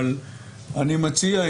אבל אני מציע,